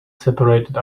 separated